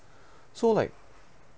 so like